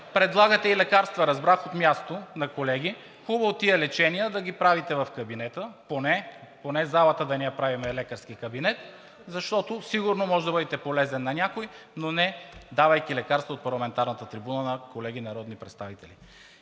предлагате лекарства, разбрах, от място на колеги. Хубаво е тези лечения да ги правите в кабинета, поне залата да не я правим лекарски кабинет, защото сигурно може да бъдете полезен на някого, но не давайки лекарства от парламентарната трибуна на колеги народни представители.